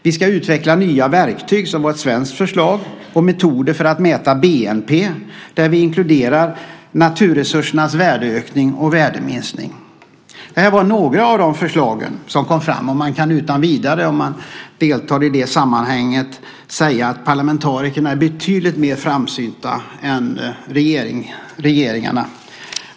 Vi ska utveckla nya verktyg och metoder - detta var ett svenskt förslag - för att mäta bnp där vi inkluderar naturresursernas värdeökning och värdeminskning. Detta var några av de förslag som kom fram. Man kan utan vidare, om man deltar i det sammanhanget, säga att parlamentarikerna är betydligt mer framsynta än regeringarna.